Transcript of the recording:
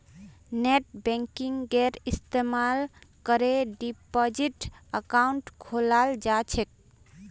नेटबैंकिंगेर इस्तमाल करे डिपाजिट अकाउंट खोलाल जा छेक